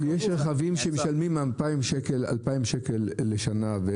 יש רכבים שמשלמים 2,000 שקל לשנה,